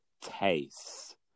taste